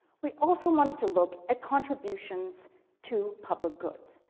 we also wanted to look at contributions to public goods,